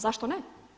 Zašto ne?